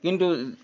কিন্তু